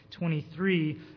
23